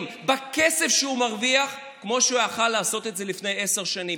בכסף שהוא מרוויח כפי שיכול היה לעשות לפני עשר שנים?